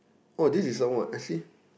oh this is some what I see